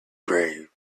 grave